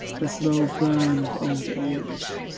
the slow burn of old age.